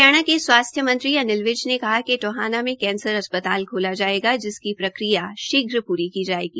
हरियाणा के स्वास्थ्य मंत्री अनिल विज ने कहा है कि टोहाना में कैंसर अस्पताल खोला जायेगा जिसकी प्रक्रिया शीघ्र पूरी की जायेगी